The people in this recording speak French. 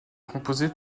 composés